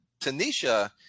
Tanisha